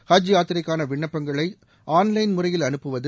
ஹஜ் யாத்திரைக்கான விண்ணப்பங்களை online முறையில் அனுப்புவது